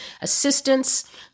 assistance